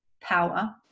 power